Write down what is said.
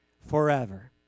forever